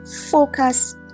Focus